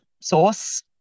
source